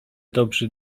dobrzy